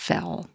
Fell